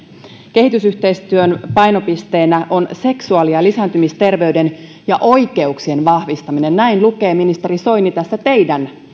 kehitysyhteistyön painopisteenä on seksuaali ja lisääntymisterveyden ja oikeuksien vahvistaminen näin lukee ministeri soini tässä teidän